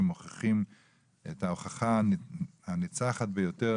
שמוכיחים את ההוכחה הניצחת ביותר